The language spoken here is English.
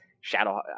Shadow